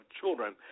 children